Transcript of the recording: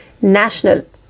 National